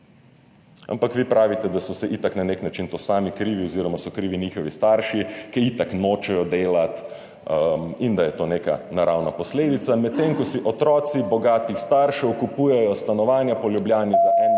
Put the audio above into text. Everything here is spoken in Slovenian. ampak vi pravite, da so si itak na nek način za to sami krivi oziroma so krivi njihovi starši, ki itak nočejo delati in da je to neka naravna posledica, medtem ko si otroci bogatih staršev kupujejo stanovanja po Ljubljani za